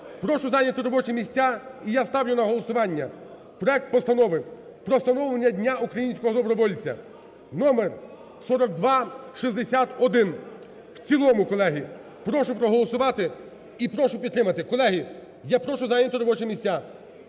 Прошу зайняти робочі місця. І я ставлю на голосування проект Постанови про встановлення Дня українського добровольця (номер 4261) в цілому, колеги. Прошу проголосувати і прошу підтримати. Колеги, я прошу зайняти робочі місця